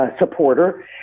supporter